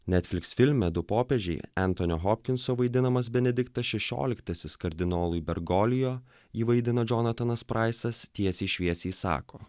netflix filme du popiežiai entonio hopkinso vaidinamas benediktas šešioliktasis kardinolui bergolijo jį vaidina džonatanas praisas tiesiai šviesiai sako